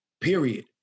period